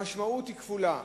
המשמעות היא כפולה.